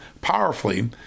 powerfully